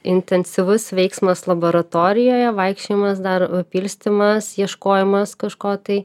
intensyvus veiksmas laboratorijoje vaikščiojimas dar pilstymas ieškojimas kažko tai